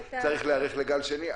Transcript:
צריך להיערך לגל שני.